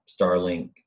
Starlink